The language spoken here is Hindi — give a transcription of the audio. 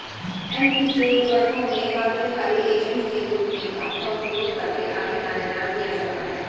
एन.पी.के उर्वरकों में बाध्यकारी एजेंट के रूप में भाप का उपयोग करके आगे दानेदार किया जाता है